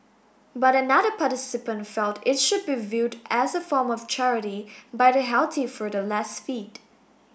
but another participant felt it should be viewed as a form of charity by the healthy for the less fit